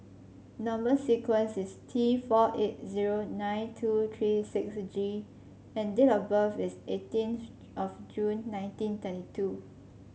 number sequence is T four eight zero nine two three six G and date of birth is eighteen of June nineteen thirty two